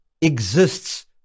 exists